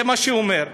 זה מה שהוא אומר.